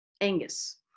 Angus